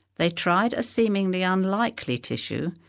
they tried a seemingly unlikely tissue,